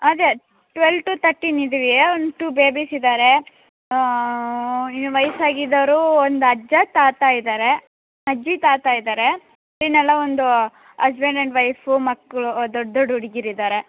ಅದೇ twelve to thirteen ಇದ್ದೀವಿ ಒಂದು ಟೂ ಬೇಬಿಸ್ ಇದ್ದಾರೆ ಇನ್ನು ವಯ್ಸು ಆಗಿದ್ದೋರು ಒಂದು ಅಜ್ಜ ತಾತ ಇದ್ದಾರೆ ಅಜ್ಜಿ ತಾತ ಇದ್ದಾರೆ ಇನ್ನೆಲ್ಲ ಒಂದು ಅಸ್ಬೆಂಡ್ ಆ್ಯಂಡ್ ವೈಫು ಮಕ್ಕಳು ದೊಡ್ಡ ದೊಡ್ಡ ಹುಡ್ಗಿರ್ ಇದ್ದಾರೆ